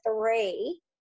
three